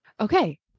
Okay